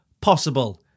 possible